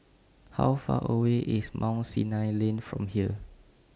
How Far away IS Mount Sinai Lane from here